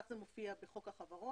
כך זה מופיע בחוק החברות.